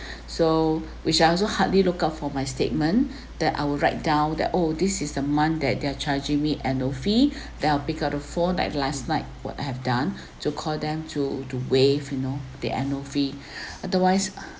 so which I also hardly look out for my statement that I will write down that oh this is the month that they are charging me annual fee then I will pick up the phone like last night what I have done to call them to to waive you know the annual fee otherwise